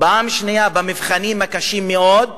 פעם שנייה במבחנים הקשים מאוד,